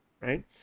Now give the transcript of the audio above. right